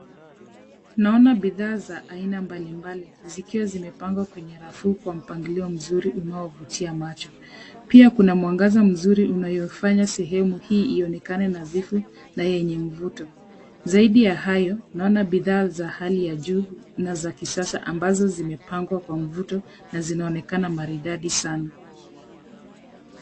Naona bidhaa za aina mbalimbali zikiwa zimepangwa kwenye rafu kwa mpangilio mzuri unaovutia macho. Pia kuna mwangaza mzuri unaofanya sehemu hii ionekane nadhifu na yenye mvuto. Zaidi ya hayo, naona bidhaa za hali ya juu na za kisasa ambazo zimepangwa kwa mvuto na zinaonekana maridadi sana.